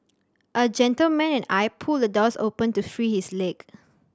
a gentleman and I pulled the doors open to free his leg